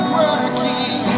working